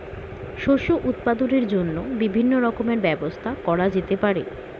শস্য উৎপাদনের জন্য বিভিন্ন রকমের ব্যবস্থা করা যেতে পারে